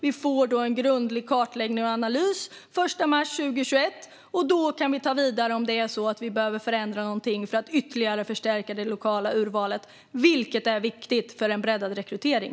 Vi kommer att få en grundlig kartläggning och analys den 1 mars 2021, och då kan vi ta det vidare om det är så att vi behöver förändra något för att ytterligare förstärka det lokala urvalet, vilket är viktigt för en breddad rekrytering.